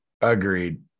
agreed